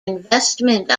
investment